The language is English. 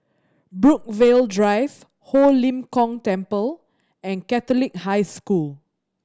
Brookvale Drive Ho Lim Kong Temple and Catholic High School